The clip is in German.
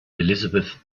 elisabeth